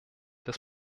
des